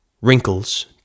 Wrinkles